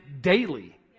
daily